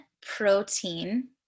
protein